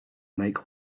make